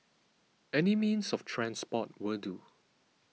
any means of transport will do